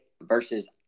versus